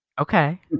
Okay